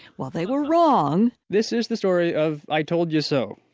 well, they were wrong! this is the story of i told you so.